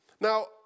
Now